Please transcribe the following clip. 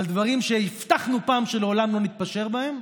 על דברים שהבטחנו פעם שלעולם לא נתפשר עליהם,